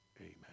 amen